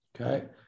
okay